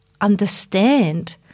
understand